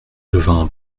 devint